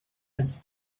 als